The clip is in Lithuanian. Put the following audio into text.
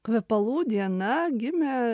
kvepalų diena gimė